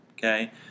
Okay